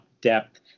depth